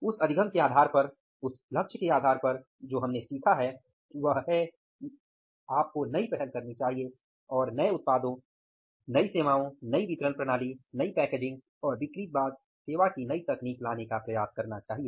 उस अधिगम के आधार पर उस लक्ष्य के आधार पर जो हमने सीखा है वह है कि आपको नई पहल करनी चाहिए और नए उत्पादों नई सेवाओं नई वितरण प्रणाली नई पैकेजिंग और बिक्री बाद सेवा की नई तकनीक लाने का प्रयास करना चाहिए